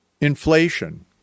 inflation